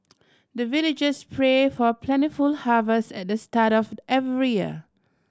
the villagers pray for plentiful harvest at the start of every year